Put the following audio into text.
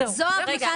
זו האפליקציה,